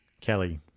kelly